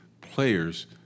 players